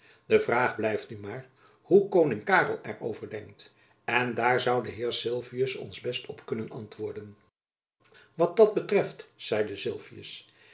de vraag blijft nu maar hoe koning karel er over denkt en daar zoû de heer sylvius ons best op kunnen antwoorden wat dat betreft zeide sylvius